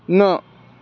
न